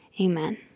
Amen